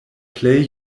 plej